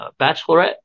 Bachelorette